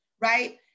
right